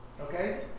Okay